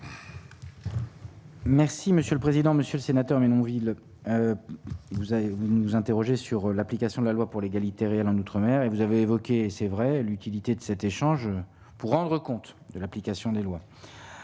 monsieur le président, monsieur le sénateur Menonville vous avez vous nous interrogez sur l'application de la loi pour l'égalité réelle en outre-mer et vous avez évoqué, c'est vrai, l'utilité de cet échange pour rendre compte de l'application des lois